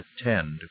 attend